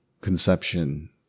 conception